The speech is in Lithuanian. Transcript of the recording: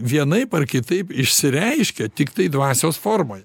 vienaip ar kitaip išsireiškia tiktai dvasios formoj